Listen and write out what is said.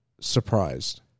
surprised